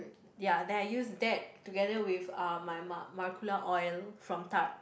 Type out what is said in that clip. ya then I use that together with uh my ma~ maracuja oil from Tarte